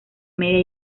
media